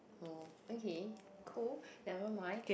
oh okay cool never mind